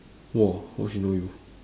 !woah! how she know you